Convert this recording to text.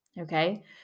Okay